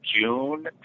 June